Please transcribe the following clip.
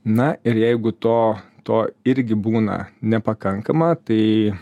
na ir jeigu to to irgi būna nepakankama tai